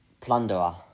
plunderer